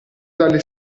dalle